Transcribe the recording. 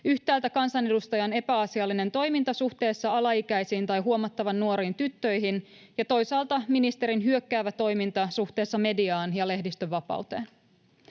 yhtäältä kansanedustajan epäasiallinen toiminta suhteessa alaikäisiin tai huomattavan nuoriin tyttöihin ja toisaalta ministerin hyökkäävä toiminta suhteessa mediaan ja lehdistönvapauteen.